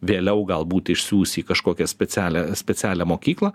vėliau galbūt išsiųs į kažkokią specialią specialią mokyklą